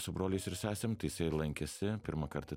su broliais ir sesėm tai jisai lankėsi pirmą kartą